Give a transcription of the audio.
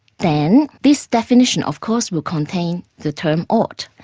then this definition of course will contain the term ought.